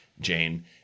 Jane